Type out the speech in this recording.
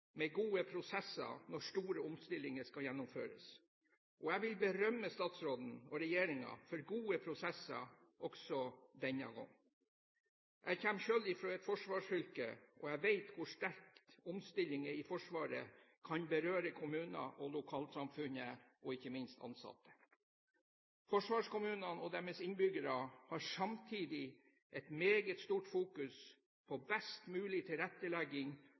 med gode prosesser når store omstillinger skal gjennomføres. Jeg vil berømme statsråden og regjeringen for gode prosesser også denne gangen. Jeg kommer selv fra et forsvarsfylke, og jeg vet hvor sterkt omstillinger i Forsvaret kan berøre kommuner, lokalsamfunn og ikke minst ansatte. Forsvarskommunene og deres innbyggere har samtidig et meget stort fokus på best mulig tilrettelegging